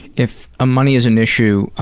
if ah money is an issue,